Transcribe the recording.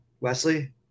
wesley